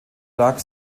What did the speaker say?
duck